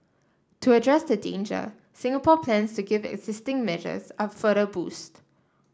to address the danger Singapore plans to give existing measures a further boost